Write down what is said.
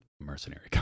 Mercenary